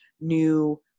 new